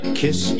kiss